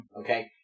okay